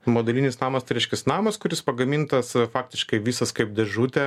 modulinis namas tai reiškias namas kuris pagamintas faktiškai visas kaip dėžutė